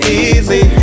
easy